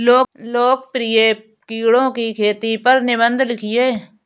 लोकप्रिय कीड़ों की खेती पर निबंध लिखिए